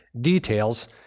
details